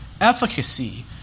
efficacy